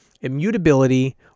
immutability